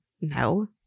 no